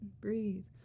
breathe